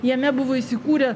jame buvo įsikūrę